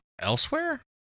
elsewhere